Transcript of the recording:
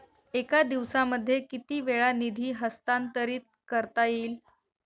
एका दिवसामध्ये किती वेळा निधी हस्तांतरीत करता येईल?